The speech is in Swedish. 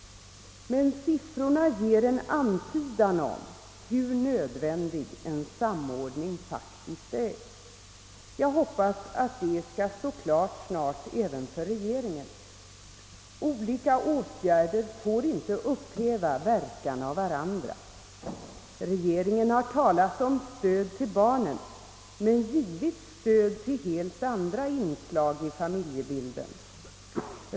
Men siffrorna ger en antydan om hur nödvändig en samordning faktiskt är. Jag hoppas att det skall stå klart även för regeringen. Olika åtgärder får inte upphäva verkan av varandra. Regeringen har talat om stöd till barnen men givit stöd till helt andra inslag i familjebilden.